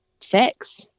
sex